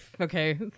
okay